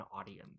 audience